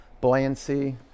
buoyancy